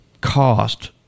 cost